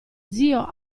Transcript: zio